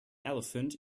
elephant